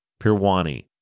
Pirwani